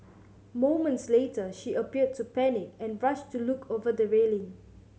moments later she appeared to panic and rushed to look over the railing